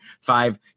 five